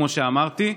כמו שאמרתי.